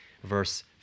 Verse